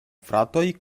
fratoj